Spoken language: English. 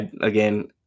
Again